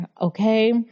Okay